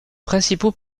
principaux